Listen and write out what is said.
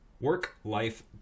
work-life